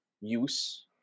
use